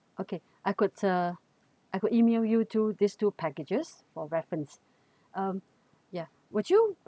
okay I could uh I could email you two this two packages for reference um yeah would you